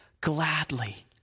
gladly